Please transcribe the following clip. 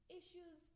issues